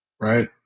right